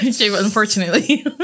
Unfortunately